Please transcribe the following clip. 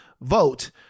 vote